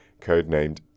codenamed